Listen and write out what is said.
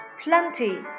plenty